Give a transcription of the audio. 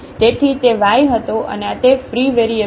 તેથી તે વાય હતો અને આ તે ફ્રી વેરિયેબલ છે